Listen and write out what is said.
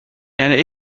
and